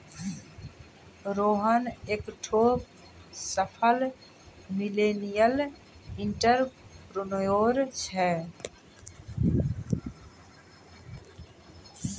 रोहन एकठो सफल millennial entrepreneur छै